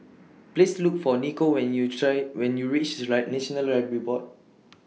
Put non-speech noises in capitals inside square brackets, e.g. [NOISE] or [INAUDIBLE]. Please Look For Nico when YOU [UNINTELLIGIBLE] when YOU REACH [UNINTELLIGIBLE] National Library Board